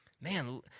Man